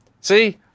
See